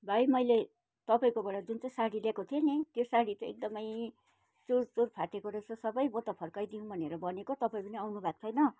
भाइ मैले तपाईँकोबाट जुन चाहिँ साडी लिएको थिएँ नि त्यो साडी त एकदमै चुर चुर फाटेको रहेछ सबै म त फर्काइ दिउँ भनेर भनेको तपाईँ पनि आउनु भएको छैन